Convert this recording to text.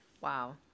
Wow